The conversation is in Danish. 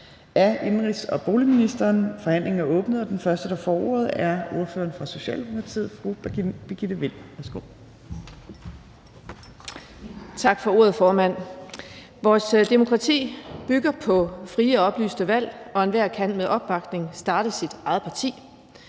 næstformand (Trine Torp): Forhandlingen er åbnet, og den første, der får ordet, er ordføreren fra Socialdemokratiet, fru Birgitte Vind. Værsgo. Kl. 11:53 (Ordfører) Birgitte Vind (S): Tak for ordet, formand. Vores demokrati bygger på frie og oplyste valg, og enhver kan med opbakning starte sit eget parti.